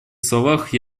словах